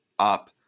up